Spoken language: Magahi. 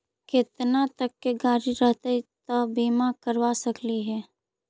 केतना तक के गाड़ी रहतै त बिमा करबा सकली हे?